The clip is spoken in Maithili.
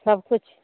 सबकिछु